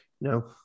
no